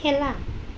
খেলা